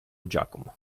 giacomo